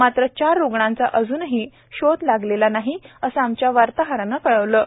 मात्र चार रुग्णांचा अजूनही शोध लागलेला नाही असं आमच्या वार्ताहरानं कळवलं आहे